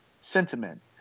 sentiment